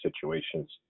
situations